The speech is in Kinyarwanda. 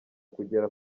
kugera